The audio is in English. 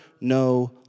no